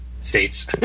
states